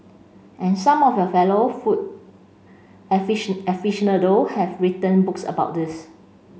and some of your fellow food aficionado have written books about this